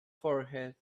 forehead